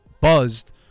buzzed